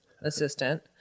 assistant